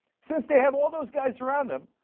since they have all those guys around him,